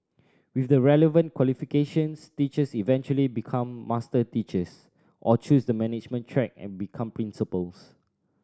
with the relevant qualifications teachers eventually become master teachers or choose the management track and become principals